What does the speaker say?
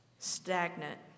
stagnant